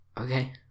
Okay